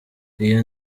iyo